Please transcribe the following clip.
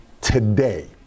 today